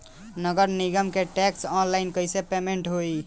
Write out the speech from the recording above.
नगर निगम के टैक्स ऑनलाइन कईसे पेमेंट होई?